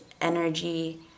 energy